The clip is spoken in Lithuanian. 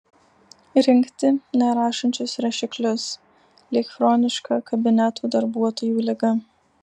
rinkti nerašančius rašiklius lyg chroniška kabinetų darbuotojų liga